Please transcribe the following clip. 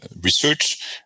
research